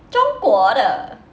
中国的